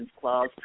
clause